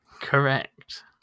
correct